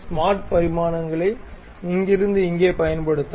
smart பரிமாணங்களை இங்கிருந்து இங்கே பயன்படுத்தவும்